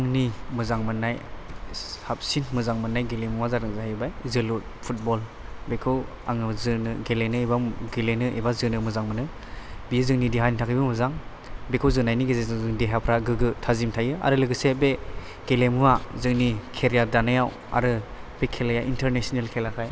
आंनि मोजां मोनबाय साबसिन मोजां मोन्नाय गेलेमुवा जादों जाहैबाय जोलुर फुटबल बेखौ आङो जोनो गेलेनो एबा जोनो मोजां मोनो बे जोंनि देहानि थाखायबो मोजां बेखौ जोनायनि गेजेरजों जोंनि देहाफ्रा गोगो थाजिम थायो आरो लोगोसे बे गेलेमुवा जोंनि केरियार दानायाव आरो बे खेलाया इन्थारनेसनेल खेलाखाय